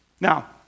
Now